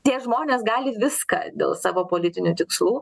tie žmonės gali viską dėl savo politinių tikslų